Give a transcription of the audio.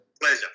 Pleasure